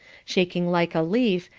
shaking like a leaf,